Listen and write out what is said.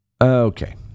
okay